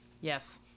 Yes